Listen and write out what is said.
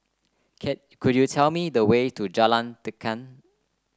could you tell me the way to Jalan Tekad